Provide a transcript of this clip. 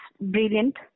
brilliant